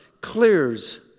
clears